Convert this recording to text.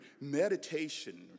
meditation